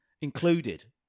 included